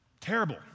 Terrible